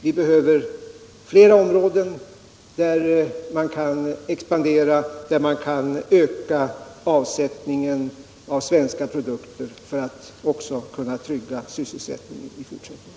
Vi behöver flera områden där man kan expandera, där man kan öka avsättningen av svenska produkter för att också kunna trygga sysselsättningen i fortsättningen.